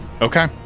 Okay